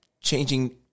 Changing